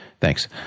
Thanks